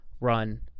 run